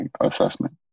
assessment